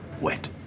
wet